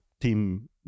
team